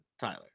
Tyler